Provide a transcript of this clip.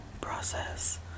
process